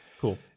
Cool